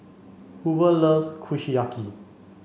Hoover loves Kushiyaki